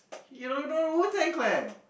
you don't know Wu-Tang-Clan